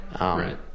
right